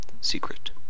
secret